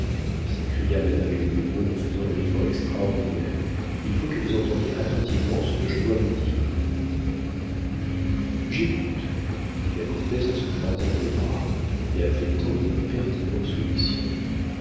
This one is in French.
s'écria madame d'aiglemont en faisant un effort extraordinaire il faut que vous entendiez attentivement ce que je dois vous dire j'écoute dit la comtesse en se croisant les bras et affectant une impertinente soumission